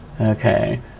okay